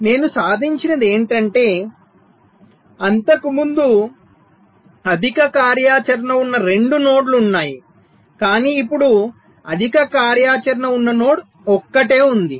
కానీ నేను సాధించినది ఏమిటంటే అంతకుముందు అధిక కార్యాచరణ ఉన్న 2 నోడ్లు ఉన్నాయి కానీ ఇప్పుడు అధిక కార్యాచరణ ఉన్న నోడ్ ఒక్కటే ఉంది